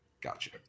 Gotcha